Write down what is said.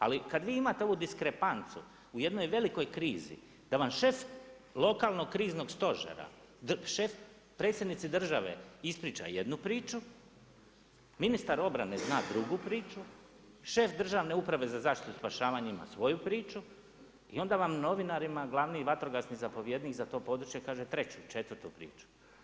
Ali kad vi imate ovu diskrepanciju u jednoj velikoj krizi da vam šef lokalnog kriznog stožera, predsjednici države ispriča jednu priču, ministar obrane zna drugu priču, šef Državne uprave za zaštitu i spašavanje ima svoju priču i onda vam novinarima glavni vatrogasni zapovjednik za to područje kaže treću, četvrtu priču.